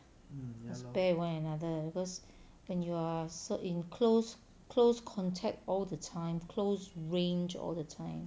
must bear with one another because when you are so in close close contact all the time close range all the time